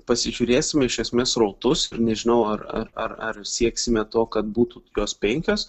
pasižiūrėsim iš esmės srautus ir nežinau ar ar ar ar sieksime to kad būtų tokios penkios